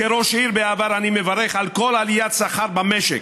כראש עיר בעבר אני מברך על כל עליית שכר במשק,